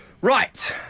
Right